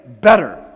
Better